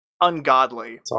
ungodly